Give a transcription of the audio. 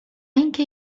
اینکه